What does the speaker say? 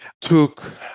took